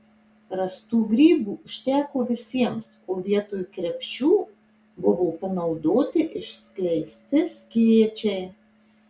rastų grybų užteko visiems o vietoj krepšių buvo panaudoti išskleisti skėčiai